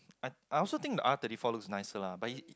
I I also think the R thirty four look nicer lah but he